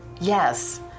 yes